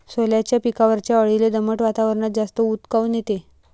सोल्याच्या पिकावरच्या अळीले दमट वातावरनात जास्त ऊत काऊन येते?